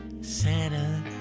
Santa